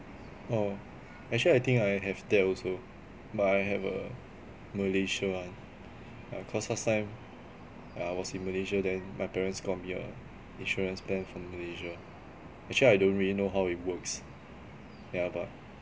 oh actually I think I have that also but I have a malaysia one ya cause last time I was in malaysia then my parents got me a insurance plan from malaysia actually I don't really know how it works yeah but